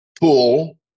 pool